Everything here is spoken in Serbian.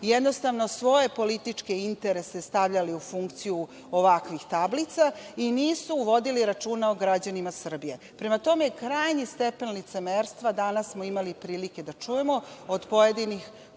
jednostavno svoje političke interese stavljali u funkciju ovakvih tablica i nisu vodili računa o građanima Srbije. Prema tome krajnji stepen licemerstva danas smo imali prilike da čujemo od pojedinih